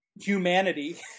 humanity